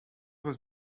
was